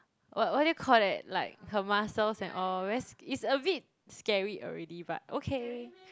what what do you call that like her muscles and all very sc~ it's a bit scary already but okay